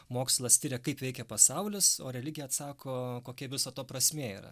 mokslas tiria kaip veikia pasaulis o religija atsako kokia viso to prasmė yra